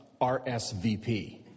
RSVP